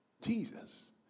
jesus